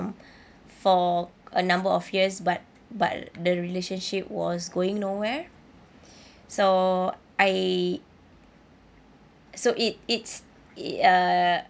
for a number of years but but the relationship was going nowhere so I so it it's it uh